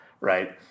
Right